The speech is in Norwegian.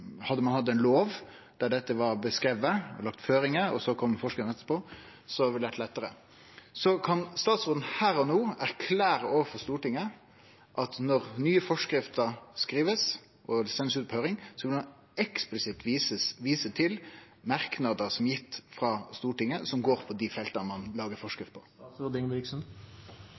Hadde ein hatt ein lov der dette var beskrive, lagt føringar, og så kom forskriftene etterpå, hadde det vore lettare. Kan statsråden her og no erklære overfor Stortinget at når nye forskrifter blir skrivne og sende ut på høyring, vil han eksplisitt vise til merknader som er gitt frå Stortinget om dei felta ein lagar forskrifter om? Det var et veldig vidt spørsmål, men jeg tror svaret på